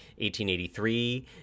1883